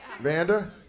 Vanda